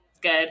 Good